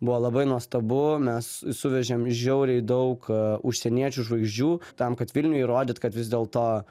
buvo labai nuostabu mes suvežėm žiauriai daug užsieniečių žvaigždžių tam kad vilniui įrodyt kad vis dėlto